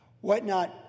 whatnot